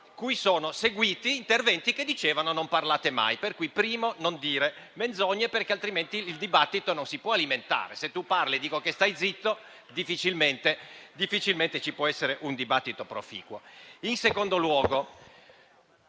In secondo luogo,